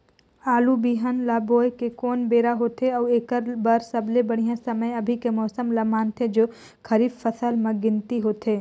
आलू बिहान ल बोये के कोन बेरा होथे अउ एकर बर सबले बढ़िया समय अभी के मौसम ल मानथें जो खरीफ फसल म गिनती होथै?